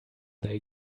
they